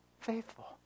Faithful